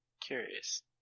curious